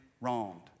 wronged